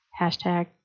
hashtag